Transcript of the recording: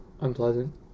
Unpleasant